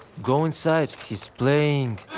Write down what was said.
go inside! he is playing!